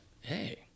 hey